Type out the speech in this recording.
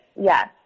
Yes